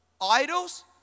idols